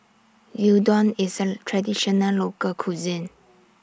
Gyudon IS A Traditional Local Cuisine